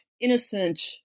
innocent